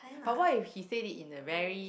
but what if he said it in a very